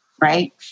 right